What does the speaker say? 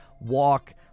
Walk